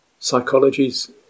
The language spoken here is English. psychologies